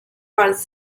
parts